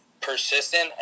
persistent